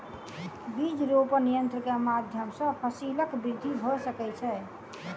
बीज रोपण यन्त्र के माध्यम सॅ फसीलक वृद्धि भ सकै छै